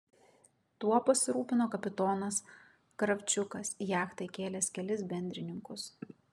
tuo pasirūpino kapitonas kravčiukas į jachtą įkėlęs kelis bendrininkus